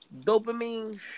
dopamine